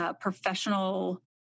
professional